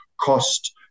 cost